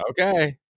okay